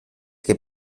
que